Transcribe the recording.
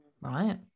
right